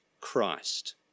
Christ